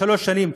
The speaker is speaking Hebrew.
שלוש שנים,